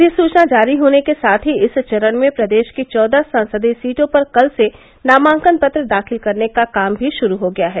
अधिसूचना जारी होने के साथ ही इस चरण में प्रदेश की चौदह संसदीय सीटों पर कल से नामांकन पत्र दाखिल करने का काम भी शुरू हो गया है